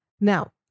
Now